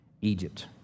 Egypt